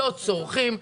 לא צורכים,